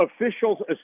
officials